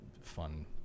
fun